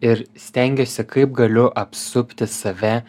ir stengiuosi kaip galiu apsupti save